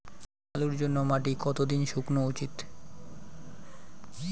আলুর জন্যে মাটি কতো দিন শুকনো উচিৎ?